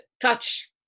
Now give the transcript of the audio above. touch